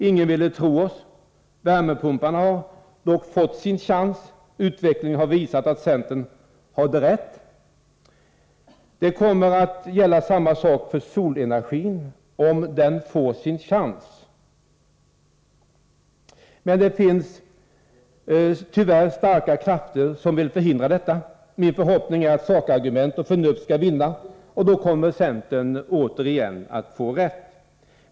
Ingen ville tro oss. Värmepumparna har dock fått sin chans. Utvecklingen har visat att centern hade rätt. Det kommer att bli samma sak när det gäller solenergi, om den får sin chans. Men tyvärr finns det starka krafter som vill förhindra detta. Min förhoppning är att sakargument och förnuft skall vinna, och då kommer centern återigen att få rätt.